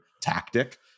tactic